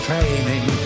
Training